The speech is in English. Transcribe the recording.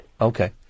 Okay